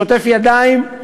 שוטף ידיים?